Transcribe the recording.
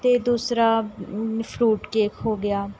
ਅਤੇ ਦੂਸਰਾ fruit cake ਹੋ ਗਿਆ